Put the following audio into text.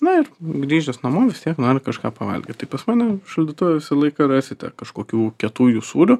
na ir grįžęs namo vis tiek noriu kažką pavalgyt tai pas mane šaldytuve visą laiką rasite kažkokių kietųjų sūrių